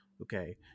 okay